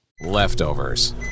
leftovers